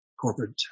corporate